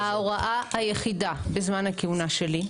ההוראה היחידה בזמן הכהונה שלי,